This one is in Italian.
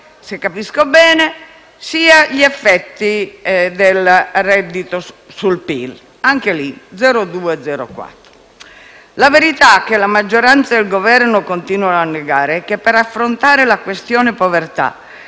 se capisco bene - sia gli effetti del reddito sul PIL (anche qui 0,2-0,4 per cento). La verità che la maggioranza e il Governo continuano a negare è che per affrontare la questione povertà